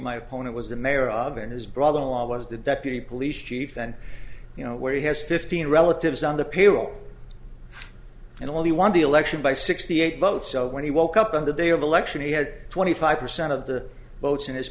my opponent was the mayor of and his brother in law was the deputy police chief then you know where he has fifteen relatives on the payroll and only won the election by sixty eight votes so when he woke up on the day of election he had twenty five percent of the votes in his